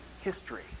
history